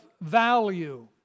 value